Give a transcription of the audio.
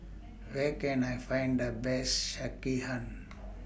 Where Can I Find The Best Sekihan